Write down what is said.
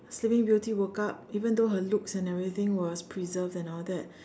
sleeping beauty woke up even though her looks and everything was preserved and all that